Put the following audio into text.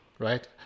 right